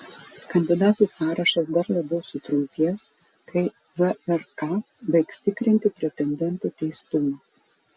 kandidatų sąrašas dar labiau sutrumpės kai vrk baigs tikrinti pretendentų teistumą